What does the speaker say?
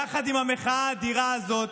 יחד עם המחאה האדירה הזאת,